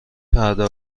پرده